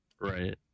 Right